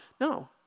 no